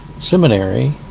seminary